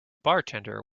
bartender